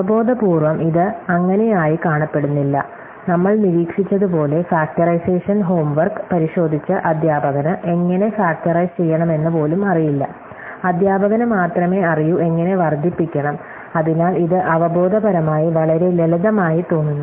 അവബോധപൂർവ്വം ഇത് അങ്ങനെയായി കാണപ്പെടുന്നില്ല നമ്മൾ നിരീക്ഷിച്ചതുപോലെ ഫാക്ടറൈസേഷൻ ഹോംവർക്ക് പരിശോധിച്ച അധ്യാപകന് എങ്ങനെ ഫാക്ടറൈസ് ചെയ്യണമെന്ന് പോലും അറിയില്ല അധ്യാപകന് മാത്രമേ അറിയൂ എങ്ങനെ വർദ്ധിപ്പിക്കണം അതിനാൽ ഇത് അവബോധപരമായി വളരെ ലളിതമായി തോന്നുന്നു